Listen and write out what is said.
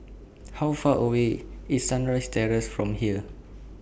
How Far away IS Sunrise Terrace from here